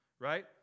right